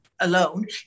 alone